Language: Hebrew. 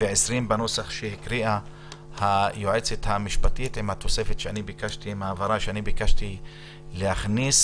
בנוסח הקריאה היועצת המשפטית עם ההבהרה שביקשתי להכניס.